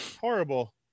Horrible